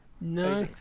No